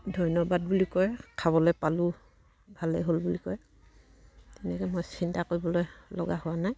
ধন্যবাদ বুলি কয় খাবলে পালোঁ ভালেই হ'ল বুলি কয় তেনেকে মই চিন্তা কৰিবলৈ লগা হোৱা নাই